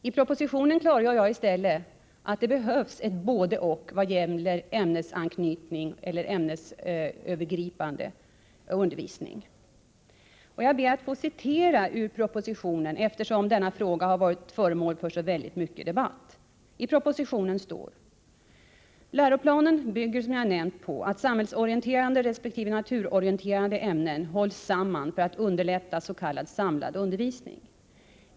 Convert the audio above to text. I propositionen klargör jag i stället att det behövs ett både-och vad gäller ämnesövergripande undervisning. Jag ber att få citera ur propositionen, eftersom denna fråga har varit föremål för så mycken debatt: ”Läroplanen bygger som jag nämnt på att samhällsorienterande resp. naturorienterande ämnen hålls samman för att underlätta s.k. samlad undervisning.